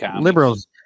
Liberals